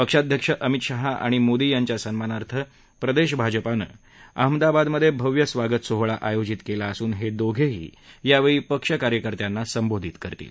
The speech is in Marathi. पक्षाध्यक्ष अमित शहा आणि मोदी यांच्या सन्मानार्थ प्रदेश भाजपाने अहमदाबादमधे भव्य स्वागत सोहळा आयोजित केली असून हे दोघंही यावेळी पक्षकार्यकर्त्यांना संबोधित करतील